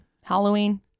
Halloween